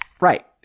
Right